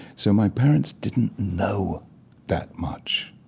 so my parents didn't know that much.